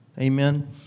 Amen